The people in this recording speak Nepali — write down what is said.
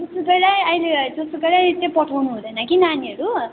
जोसुकैलाई अहिले जोसुकैलाई चाहिँ पठाउनु हुँदैन कि नानीहरू